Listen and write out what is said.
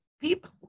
people